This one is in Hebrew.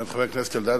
חבר הכנסת אלדד,